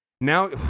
now